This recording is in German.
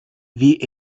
wie